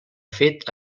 fet